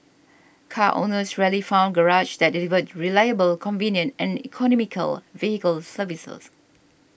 car owners rarely found garages that delivered reliable convenient and economical vehicle services